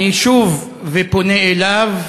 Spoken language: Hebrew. אני שב ופונה אליו: